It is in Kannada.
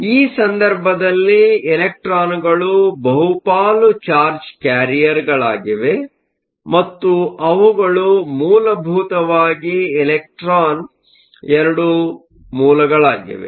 ಆದ್ದರಿಂದ ಈ ಸಂದರ್ಭದಲ್ಲಿ ಎಲೆಕ್ಟ್ರಾನ್ಗಳು ಬಹುಪಾಲು ಚಾರ್ಜ್ ಕ್ಯಾರಿಯರ್ಗಳಾಗಿವೆ ಮತ್ತು ಅವುಗಳು ಮೂಲಭೂತವಾಗಿ ಎಲೆಕ್ಟ್ರಾನ್ಗಳ ಎರಡು ಮೂಲಗಳಾಗಿವೆ